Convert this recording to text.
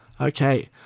Okay